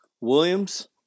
Williams